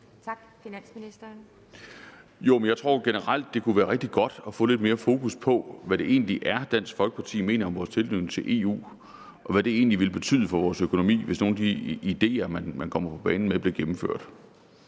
17:46 Finansministeren (Bjarne Corydon): Jeg tror generelt, det kunne være rigtig godt at få lidt mere fokus på, hvad det egentlig er, Dansk Folkeparti mener om vores tilknytning til EU, og hvad det egentlig ville betyde for vores økonomi, hvis nogle af de ideer, man kommer på banen med, blev gennemført.